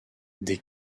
des